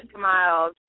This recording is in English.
Miles